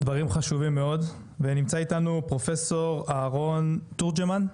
דברים חשובים מאוד ונמצא איתנו פרופסור אהרון טרואן,